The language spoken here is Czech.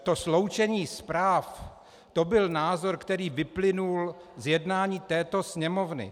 To sloučení zpráv, to byl názor, který vyplynul z jednání této Sněmovny.